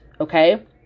Okay